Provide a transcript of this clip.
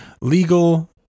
legal